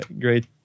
great